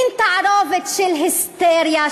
מין תערובת של היסטריה,